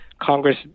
Congress